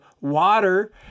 water